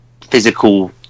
physical